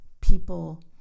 people